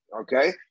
Okay